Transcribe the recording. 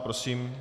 Prosím.